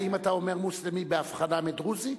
האם אתה אומר מוסלמי בהבחנה מדרוזי?